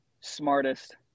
smartest